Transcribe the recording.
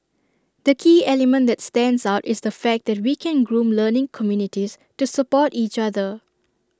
the key element that stands out is the fact that we can groom learning communities to support each other